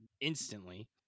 instantly